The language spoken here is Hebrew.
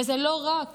וזה לא רק